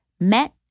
met